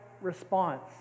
response